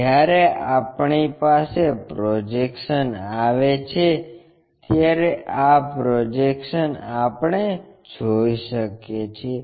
જ્યારે આપણી પાસે પ્રોજેક્શન આવે છે ત્યારે આ પ્રોજેક્શન આપણે જોઈ શકીએ છીએ